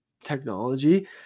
technology